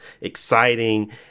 exciting